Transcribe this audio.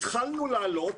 התחלנו לעלות,